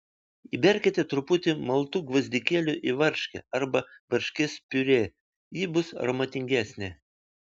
įberkite truputį maltų gvazdikėlių į varškę arba varškės piurė ji bus aromatingesnė